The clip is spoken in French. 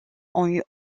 ont